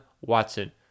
Watson